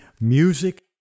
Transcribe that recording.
music